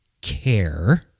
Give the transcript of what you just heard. care